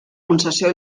concessió